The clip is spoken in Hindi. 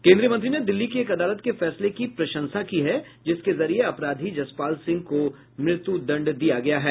केन्द्रीय मंत्री ने दिल्ली की एक अदालत के फैसले की प्रशंसा की जिसके जरिए अपराधी जसपाल सिंह को मृत्युदंड दिया गया है